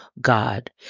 God